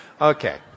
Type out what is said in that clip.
Okay